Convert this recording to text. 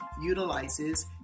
Utilizes